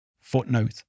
Footnote